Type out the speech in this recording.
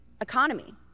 economy